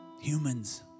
humans